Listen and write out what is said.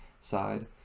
side